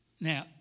Now